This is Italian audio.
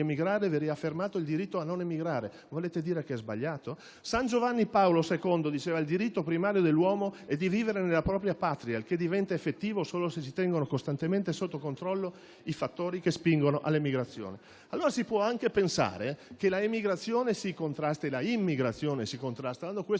emigrare, va riaffermato il diritto a non emigrare. Volete dire che è sbagliato? San Giovanni Paolo II diceva che il diritto primario dell'uomo è di vivere nella propria Patria e diventa effettivo solo se si tengono costantemente sotto controllo i fattori che spingono all'emigrazione. Si può anche pensare che l'immigrazione si contrasti garantendo questo